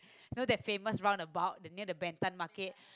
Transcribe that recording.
know that famous round about near that Ben-Thanh Market